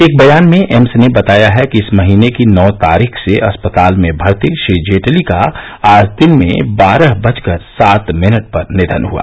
एक बयान में एम्स ने बताया है कि इस महीने की नौ तारीख से अस्पताल में भर्ती श्री जेटली का आज दिन में बारह बजकर सात मिनट पर निधन हआ